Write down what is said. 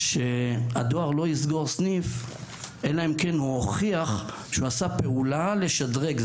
שהדואר לא יסגור סניף אלא אם כן הוא הוכיח שהוא עשה פעולה לשדרג.